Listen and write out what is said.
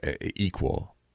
equal